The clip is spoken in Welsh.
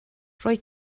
rwyt